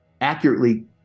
accurately